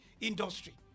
industry